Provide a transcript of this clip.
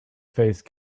faced